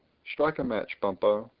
strike a match, bumpo.